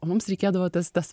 o mums reikėdavo tas tas